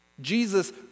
Jesus